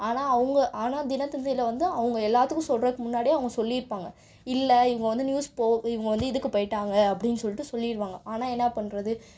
ஆனால் அவங்க ஆனால் தினத்தந்தியில் வந்து அவங்க எல்லாத்துக்கும் சொல்கிறதுக்கு முன்னாடியே அவங்க சொல்லியிருப்பாங்க இல்லை இவங்க வந்து நியூஸ் போ இவங்க வந்து இதுக்கு போய்விட்டாங்க அப்படின்னு சொல்லிட்டு சொல்லிடுவாங்க ஆனால் என்ன பண்ணுறது